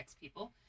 people